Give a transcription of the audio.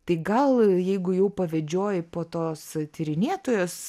tai gal jeigu jau pavedžioji po tos tyrinėtojos